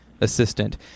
assistant